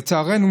לצערנו,